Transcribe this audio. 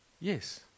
Yes